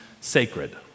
sacred